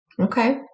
Okay